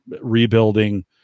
Rebuilding